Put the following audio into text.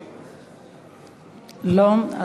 לא.